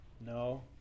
No